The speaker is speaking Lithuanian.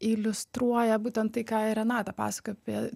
iliustruoja būtent tai ką ir renata pasakojo apie